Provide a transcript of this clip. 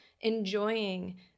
enjoying